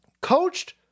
coached